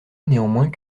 néanmoins